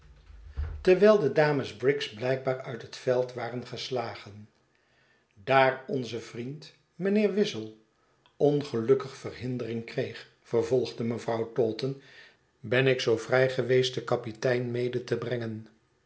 terwijl de dames briggs blijkbaar xiit het veld waren gestagen daar onze vriend mijnheer wizzle ongelukkig verhindering kreeg vervolgde mevrouw taunton ben ik zoo vrij geweest den kapitein mede te brengen